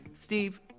Steve